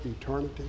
eternity